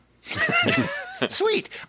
Sweet